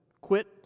quit